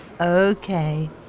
Okay